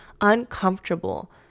uncomfortable